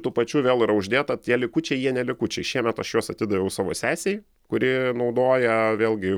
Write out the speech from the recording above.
tų pačių vėl yra uždėta tie likučiai jie ne likučiai šiemet aš juos atidaviau savo sesei kuri naudoja vėlgi